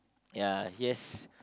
ya he has